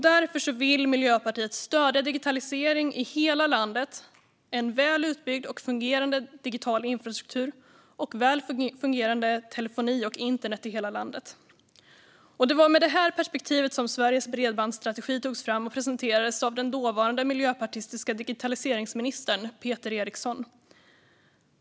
Därför vill Miljöpartiet stödja digitalisering i hela landet, en väl utbyggd och fungerande digital infrastruktur och väl fungerande telefoni och internet i hela landet. Det var med detta perspektiv som Sveriges bredbandsstrategi togs fram och presenterades av den dåvarande digitaliseringsministern Peter Eriksson från Miljöpartiet.